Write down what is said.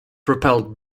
propelled